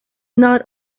not